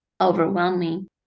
overwhelming